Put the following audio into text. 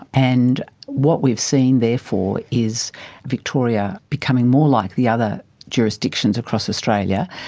and what we've seen therefore is victoria becoming more like the other jurisdictions across australia.